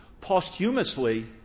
posthumously